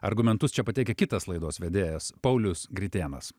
argumentus čia pateikia kitas laidos vedėjas paulius gritėnas